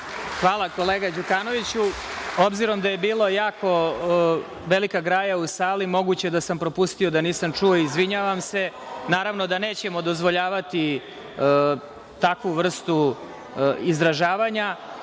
Hvala kolega Đukanoviću. Obzirom da je bilo jako bučno, velika graja u sali, moguće da sam propustio, da nisam čuo. Izvinjavam se. Naravno, da nećemo dozvoljavati takvu vrstu izražavanja.